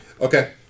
Okay